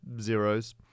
zeros